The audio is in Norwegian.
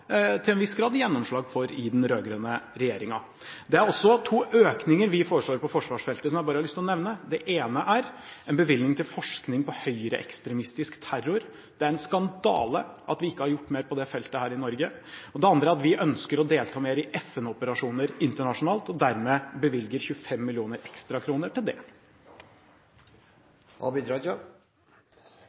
til en viss grad gjennomslag for i den rød-grønne regjeringen. Det er også to økninger vi foreslår på forsvarsfeltet som jeg bare har lyst til å nevne. Det ene er en bevilgning til forskning på høyreekstremistisk terror. Det er en skandale at vi ikke har gjort mer på dette feltet i Norge. Det andre er at vi ønsker å delta mer i FN-operasjoner internasjonalt, og dermed bevilger 25 millioner ekstra kroner til det.